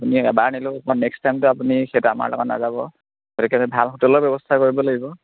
আপুনি এবাৰ নিলেও নেক্সট টাইমতো আপুনি সেইটো আমাৰ লগত নাযাব গতিকে এটা ভাল হোটেলৰ ব্যৱস্থা কৰিব লাগিব